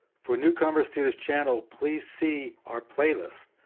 for newcomers to this channel, please see our playlist.